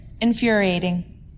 infuriating